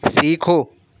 سیکھو